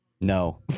No